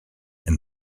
and